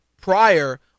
prior